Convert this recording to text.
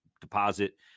deposit